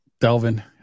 Delvin